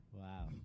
wow